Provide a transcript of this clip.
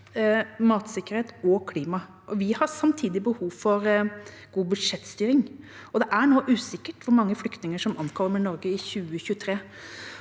matsikkerheten og klimaet. Vi har samtidig behov for god budsjettstyring. Det er nå usikkert hvor mange flyktninger som ankommer Norge i 2023.